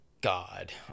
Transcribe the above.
God